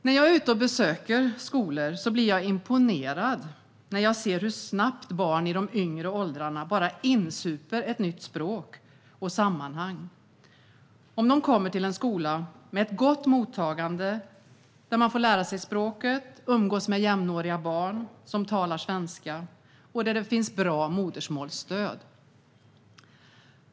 När jag är ute och besöker skolor blir jag imponerad när jag ser hur snabbt barn i de yngre åldrarna bara insuper ett nytt språk och sammanhang om de kommer till en skola med ett gott mottagande, där de får lära sig språket, umgås med jämnåriga barn som talar svenska och där det finns bra modersmålsstöd.